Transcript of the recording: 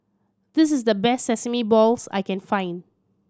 this is the best sesame balls I can find